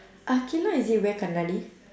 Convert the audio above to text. aqilah is it wear கண்ணாடி:kannaadi